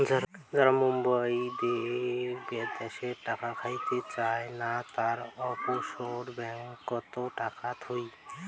যারা মুইদের দ্যাশে টাকা খাটাতে চায় না, তারা অফশোর ব্যাঙ্ককোত টাকা থুই